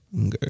okay